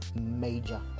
major